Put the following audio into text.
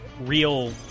real